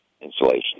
insulation